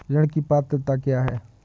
ऋण की पात्रता क्या है?